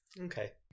okay